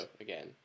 again